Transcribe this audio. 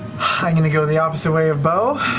i'm going to go the opposite way of beau.